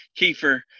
Kiefer